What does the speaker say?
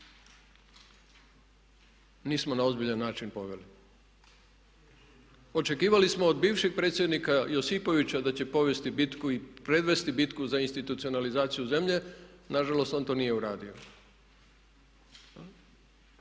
nismo na ozbiljan način poveli. Očekivali smo od bivšeg predsjednika Josipovića da će povesti bitku i predvesti bitku za institucionalizaciju zemlje, nažalost on to nije uradio.